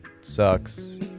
Sucks